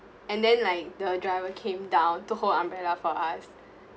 and then like the driver came down to hold umbrella for us